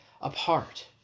apart